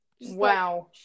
Wow